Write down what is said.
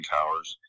Towers